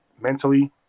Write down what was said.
mentally